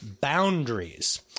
boundaries